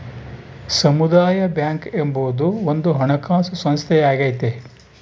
ಸಮುದಾಯ ಬ್ಯಾಂಕ್ ಎಂಬುದು ಒಂದು ಹಣಕಾಸು ಸಂಸ್ಥೆಯಾಗೈತೆ